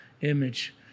image